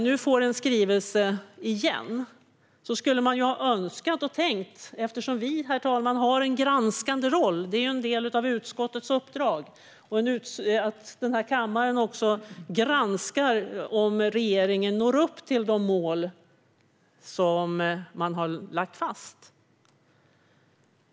Nu får vi en skrivelse igen. Vi har en granskande roll; det är en del av utskottets och kammarens uppdrag att granska om regeringen når upp till de mål som man har lagt fast.